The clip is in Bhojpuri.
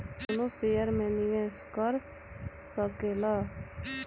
कवनो शेयर मे निवेश कर सकेल